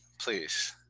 please